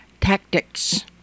tactics